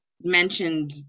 mentioned